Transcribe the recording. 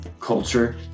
culture